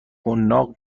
حناق